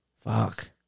fuck